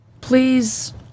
please